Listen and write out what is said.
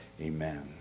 Amen